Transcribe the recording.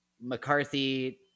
McCarthy